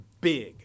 big